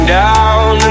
down